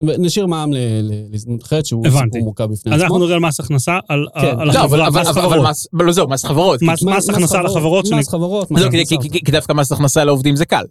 נשאיר מעם לחיית שהוא סיפור מורכב בפני. אז אנחנו נראה על מס הכנסה, על חברות. אבל לא זו, מס הכנסה על החברות. כי דווקא מס הכנסה לעובדים זה קל.